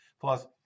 Plus